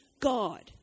God